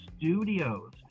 Studios